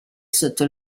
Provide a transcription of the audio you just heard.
sotto